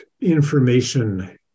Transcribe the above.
information